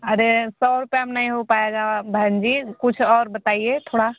अरे सौ रुपया में नहीं हो पाएगा बहन जी कुछ और बताईए थोड़ा